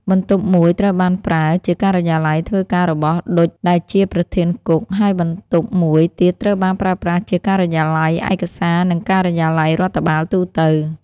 បន្ទប់មួយត្រូវបានប្រើ ជាការិយាល័យ ធ្វើការរបស់ ឌុច ដែលជាប្រធានគុក ហើយបន្ទប់មួយទៀតត្រូវបានប្រើប្រាស់ជាការិយាល័យឯកសារ និងការិយាល័យរដ្ឋបាលទូទៅ ។